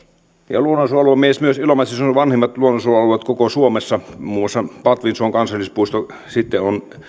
ja luonnonsuojelumies myös ilomantsissa sijaitsevat vanhimmat luonnonsuojelualueet koko suomessa muun muassa patvinsuon kansallispuisto